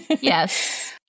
Yes